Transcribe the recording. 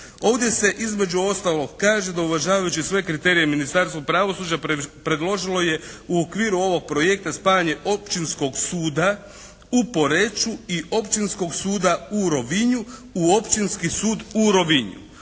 Ovdje se između ostalog kaže da uvažavajući sve kriterije Ministarstva pravosuđa predložio je u okviru ovog projekta spajanje Općinskog suda u Poreču i Općinskog suda u Rovinju u Općinski sud u Rovinju.